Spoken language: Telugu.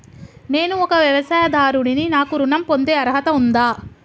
నేను ఒక వ్యవసాయదారుడిని నాకు ఋణం పొందే అర్హత ఉందా?